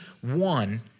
one